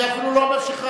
אני אפילו לא אומר שחררנו.